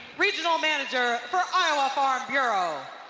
wreathal manager for iowa farm bureau.